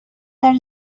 that